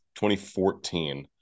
2014